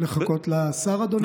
לחכות לשר, אדוני היושב-ראש?